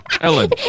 Ellen